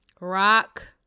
Rock